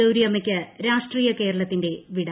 ഗൌരിയമ്മയ്ക്ക് രാഷ്ട്രീയ കേരളത്തിന്റെ വിട